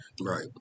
Right